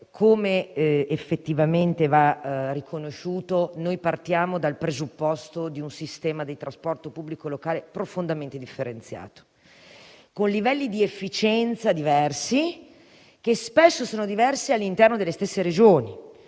come effettivamente va riconosciuto, partiamo dal presupposto di un sistema di trasporto pubblico locale profondamente differenziato, con livelli di efficienza diversi, che spesso sono diversi all'interno delle stesse Regioni,